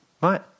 Right